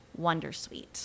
wondersuite